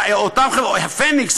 "הפניקס",